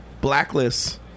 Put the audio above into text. Blacklist